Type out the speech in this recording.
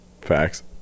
facts